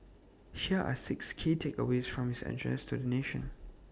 here are six key takeaways from his address to the nation